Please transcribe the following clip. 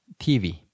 TV